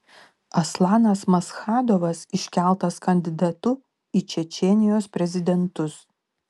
aslanas maschadovas iškeltas kandidatu į čečėnijos prezidentus